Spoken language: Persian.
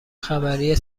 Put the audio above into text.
خبری